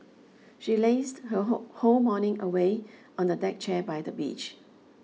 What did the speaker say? she lazed her whole morning away on a deck chair by the beach